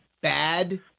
bad